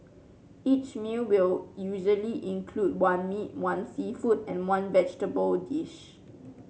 each meal will usually include one meat one seafood and one vegetable dish